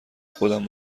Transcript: خودم